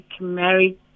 married